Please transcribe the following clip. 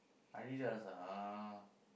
Adidas ah uh